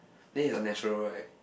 then you're natural right